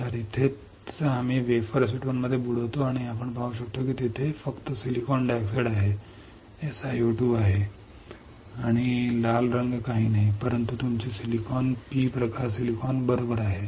तर इथेच आम्ही वेफर एसीटोनमध्ये बुडवतो आणि आपण पाहू शकतो की तेथे फक्त सिलिकॉन डायऑक्साइड आहे हे SiO 2 आहे आणि लाल रंग काही नाही परंतु तुमचे सिलिकॉन P प्रकार सिलिकॉन बरोबर आहे